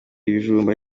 ibijumba